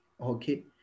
Okay